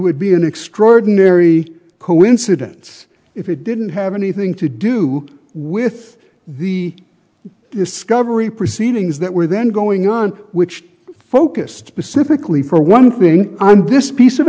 would be an extraordinary coincidence if it didn't have anything to do with the discovery proceedings that were then going on which focused specifically for one thing on this piece of